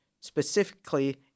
specifically